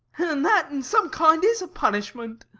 and that in some kind is a punishment.